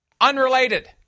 Unrelated